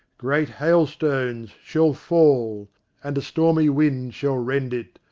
great hailstones, shall fall and a stormy wind shall rend it,